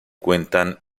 cuentan